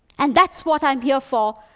and that's what i'm here for,